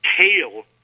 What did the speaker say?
tail